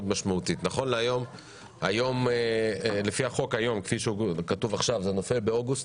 משמעותית: לפי החוק כפי שהוא כתוב עכשיו זה נופל באוגוסט.